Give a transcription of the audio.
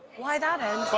why that end?